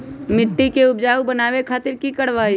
मिट्टी के उपजाऊ बनावे खातिर की करवाई?